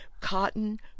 cotton